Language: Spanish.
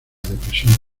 depresión